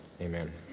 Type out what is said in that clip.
amen